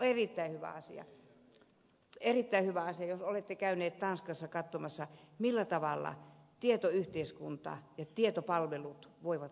erittäin hyvä asia erittäin hyvä asia jos olette käynyt tanskassa katsomassa millä tavalla tietoyhteiskunta ja tietopalvelut voivat kansalaisia palvella